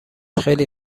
خیلی